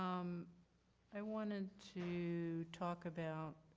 um i wanted to talk about